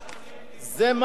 זה מה שיש לי כאן.